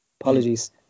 Apologies